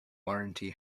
warranty